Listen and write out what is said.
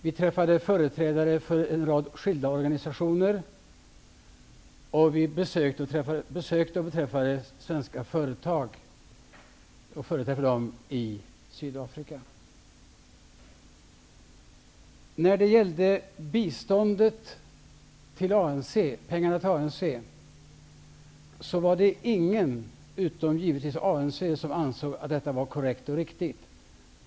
Vi träffade företrädare för en rad skilda organisationer, och vi träffade företrädare för svenska företag i Sydafrika. Det var ingen, förutom givetvis ANC, som ansåg att pengarna till ANC var något korrekt och riktigt.